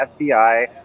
FBI